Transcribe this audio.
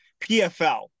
PFL